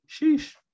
Sheesh